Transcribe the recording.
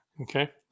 Okay